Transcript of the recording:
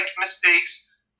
mistakes